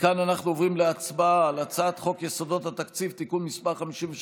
מכאן אנחנו עוברים להצבעה על הצעת חוק יסודות התקציב (תיקון מס' 53),